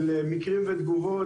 של מקרים ותגובות,